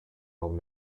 old